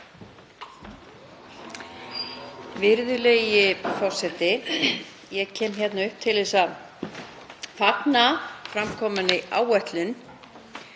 Virðulegi forseti. Ég kem hér upp til að fagna framkominni áætlun.